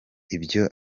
ibyo